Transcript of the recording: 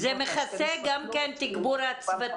אפילו 15,000. זה מכסה גם כן את תגבור הצוותים?